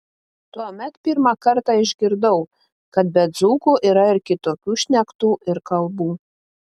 tuomet pirmą kartą išgirdau kad be dzūkų yra ir kitokių šnektų ir kalbų